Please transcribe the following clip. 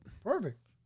Perfect